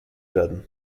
werden